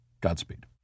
Godspeed